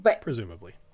Presumably